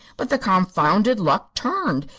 but the confounded luck turned,